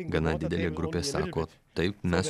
gana didelė grupė sako taip mes